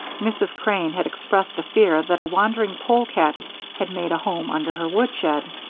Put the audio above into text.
mrs. crane had expressed a fear that a wandering polecat had made a home under her woodshed.